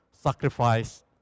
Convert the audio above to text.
sacrifice